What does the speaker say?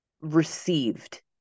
received